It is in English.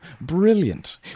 Brilliant